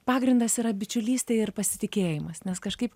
pagrindas yra bičiulystė ir pasitikėjimas nes kažkaip